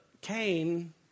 Cain